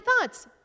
thoughts